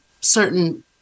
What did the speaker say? certain